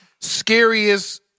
scariest